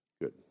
good